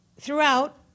Throughout